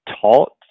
taught